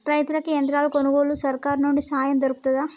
రైతులకి యంత్రాలు కొనుగోలుకు సర్కారు నుండి సాయం దొరుకుతదా?